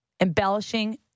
embellishing